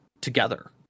together